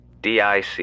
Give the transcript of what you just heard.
DIC